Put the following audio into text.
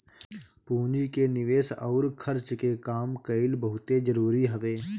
पूंजी के निवेस अउर खर्च के काम कईल बहुते जरुरी हवे